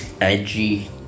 Edgy